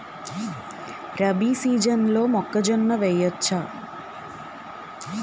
రబీ సీజన్లో మొక్కజొన్న వెయ్యచ్చా?